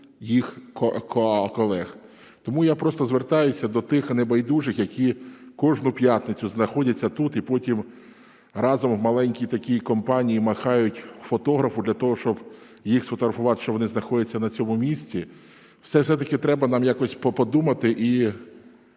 їх колег. Тому я просто звертаюся до тих небайдужих, які кожну п'ятницю знаходяться тут і потім разом, в маленькій такій компанії, махають фотографу для того, щоб їх сфотографували, що вони знаходяться на цьому місця. Все-таки треба нам якось подумати і